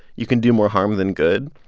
you can do more harm than good.